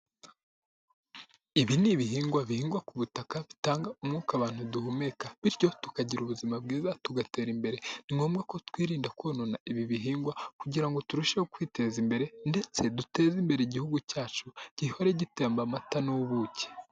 Ibi ni ibihingwa bihingwa ku butaka bitanga umwuka abantu duhumeka bityo tukagira ubuzima bwiza tugatera imbere ni ngombwa ko twirinda konona ibi bihingwa kugira ngo turusheho kwiteza imbere ndetse duteze imbere igihugu cyacu gihore gitemba amata n'ubuki.